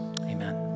amen